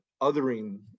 othering